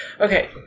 Okay